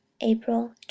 April